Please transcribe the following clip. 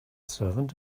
servant